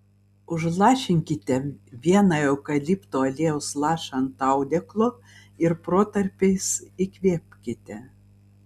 užlašinkite vieną eukalipto aliejaus lašą ant audeklo ir protarpiais įkvėpkite